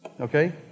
Okay